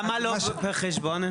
למה לא פר חשבון?